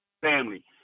family